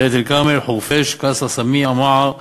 דאלית-אלכרמל, חורפיש, כסרא-סמיע, מע'אר וראמה.